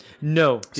No